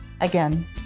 again